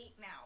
now